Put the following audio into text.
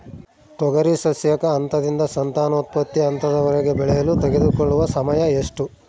ತೊಗರಿ ಸಸ್ಯಕ ಹಂತದಿಂದ ಸಂತಾನೋತ್ಪತ್ತಿ ಹಂತದವರೆಗೆ ಬೆಳೆಯಲು ತೆಗೆದುಕೊಳ್ಳುವ ಸಮಯ ಎಷ್ಟು?